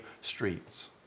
streets